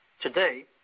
Today